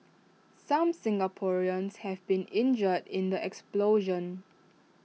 some Singaporeans have been injured in the explosion